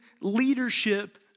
leadership